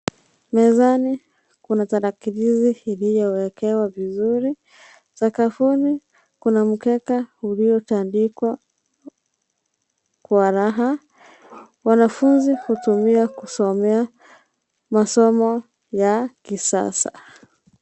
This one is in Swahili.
Mezani kuna tarakilishi iliyo wekewa vizuri, sakafuni, kuna mkeka ulio tandikwa kwa raha, wanafunzi hutumia kusomea, masomo, ya, kisasa.